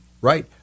right